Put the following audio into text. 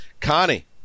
Connie